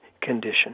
condition